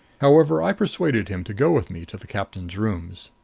however, i persuaded him to go with me to the captain's rooms.